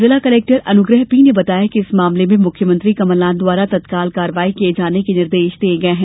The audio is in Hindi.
जिला कलेक्टर अनुग्रह पी ने बताया कि इस मामले में मुख्यमंत्री कमलनाथ द्वारा तत्काल कार्रवाई किए जाने के निर्देश दिए गए हैं